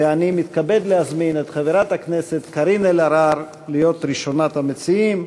ואני מתכבד להזמין את חברת הכנסת קארין אלהרר להיות ראשונת המציעים.